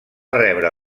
rebre